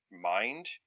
mind